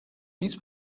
نیست